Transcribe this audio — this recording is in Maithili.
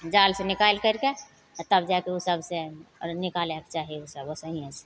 जालसे निकालि करिके आओर तब जाके ओ सबसे आओर निकालैके चाही ओसब ओहिसहिए से